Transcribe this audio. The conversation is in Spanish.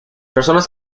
personas